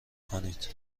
کنید